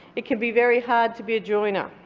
it could be very hard to be a joiner.